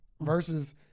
Versus